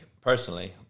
personally